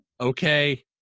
okay